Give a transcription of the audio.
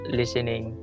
listening